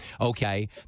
okay